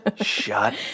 Shut